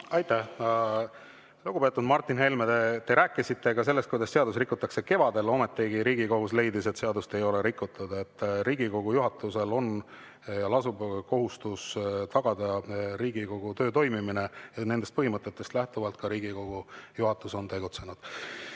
Aitäh, lugupeetud Martin Helme! Te rääkisite ka sellest, kuidas seadusi rikuti kevadel, ometigi Riigikohus leidis, et seadust ei ole rikutud. Riigikogu juhatusel lasub kohustus tagada Riigikogu töö toimimine. Nendest põhimõtetest lähtuvalt on Riigikogu juhatus ka tegutsenud. Kalle